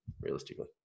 realistically